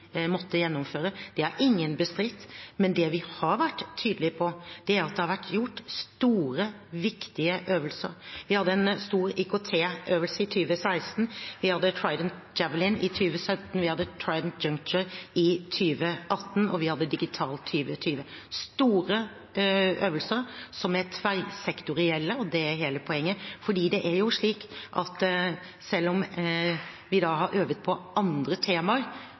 har vært tydelige på, er at det har vært gjort store, viktige øvelser. Vi hadde en stor IKT-øvelse i 2016, vi hadde Trident Javelin i 2017, vi hadde Trident Juncture i 2018, og vi hadde Digital 2020 – store øvelser som er tverrsektorielle, og det er hele poenget. Det er slik at selv om vi har øvet på andre temaer,